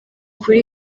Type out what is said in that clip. kuri